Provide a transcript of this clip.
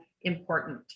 important